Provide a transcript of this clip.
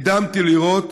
נדהמתי לראות